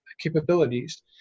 capabilities